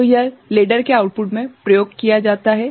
तो यह लेडर के आउटपुटमें प्रयोग किया जाता है